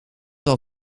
wel